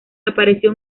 apareció